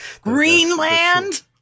Greenland